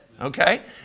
okay